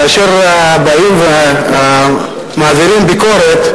כאשר באים ומעבירים ביקורת,